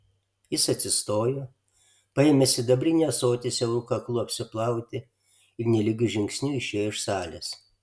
jis atsistojo paėmė sidabrinį ąsotį siauru kaklu apsiplauti ir nelygiu žingsniu išėjo iš salės